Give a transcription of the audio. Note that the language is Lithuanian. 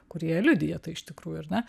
kurie liudija tai iš tikrųjų ar ne